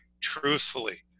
truthfully